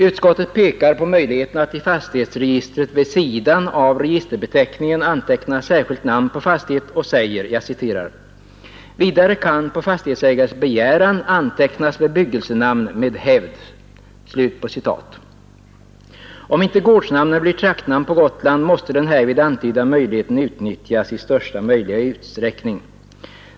Utskottet pekar på möjligheten att i fastighetsregistret vid sidan av registerbeteckningen anteckna särskilt namn på fastighet och säger: ”Vidare kan på fastighetsägares begäran antecknas bebyggelsenamn med hävd.” Om inte gårdsnamnen blir traktnamn på Gotland, måste den här antydda möjligheten utnyttjas i största tänkbara utsträckning.